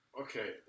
Okay